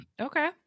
Okay